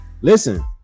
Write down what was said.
listen